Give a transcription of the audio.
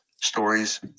stories